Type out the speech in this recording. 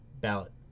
ballot